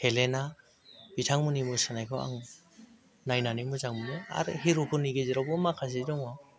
Helena बिथांमोननि मोसानायखौ आं नायनानै मोजां मोनो आरो हिर' फोरनि गेजेरावबो माखासे दङ